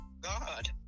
God